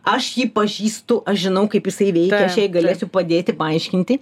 aš jį pažįstu aš žinau kaip jisai veikia aš jai galėsiu padėti paaiškinti